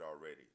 already